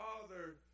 Father